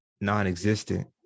non-existent